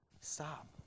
Stop